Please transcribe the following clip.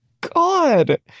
God